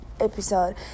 episode